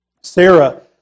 Sarah